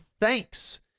thanks